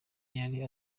yari